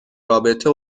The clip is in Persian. رابطه